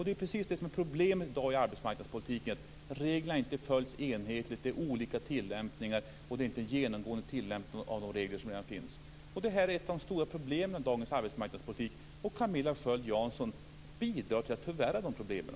Det är precis det som är problemet i dag i arbetsmarknadspolitiken - reglerna följs inte enhetligt, det är olika tillämpningar. Det är inte genomgående tillämpning av de regler som finns. Det här är ett av de stora problemen i dagens arbetsmarknadspolitik. Camilla Sköld Jansson bidrar tyvärr till att förvärra problemen.